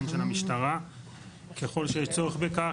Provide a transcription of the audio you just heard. הן של המשטרה ככל שיש צורך בכך,